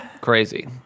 Crazy